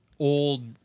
Old